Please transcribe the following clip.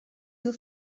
your